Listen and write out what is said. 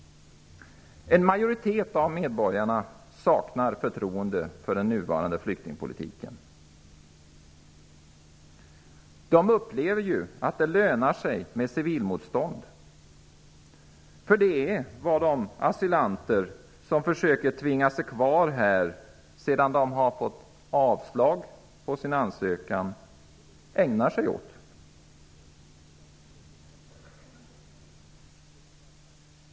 En majoritet av medborgarna saknar förtroende för den nuvarande flyktingpolitiken. De upplever ju att det lönar sig med civilmotstånd -- det är vad de asylanter som försöker tvinga sig kvar här sedan de har fått avslag på sina ansökningar ägnar sig åt.